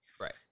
Right